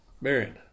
Marion